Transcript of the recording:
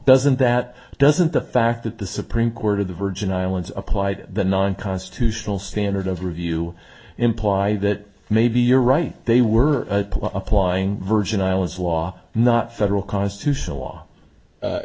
doesn't that doesn't the fact that the supreme court of the virgin islands applied the non constitutional standard of review imply that maybe you're right they were applying virgin islands law not federal constitutional law